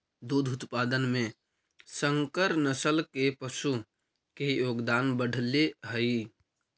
दुग्ध उत्पादन में संकर नस्ल के पशु के योगदान बढ़ले हइ